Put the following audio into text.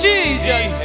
Jesus